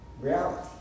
reality